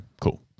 cool